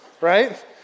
right